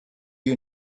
you